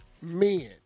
men